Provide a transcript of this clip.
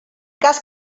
cas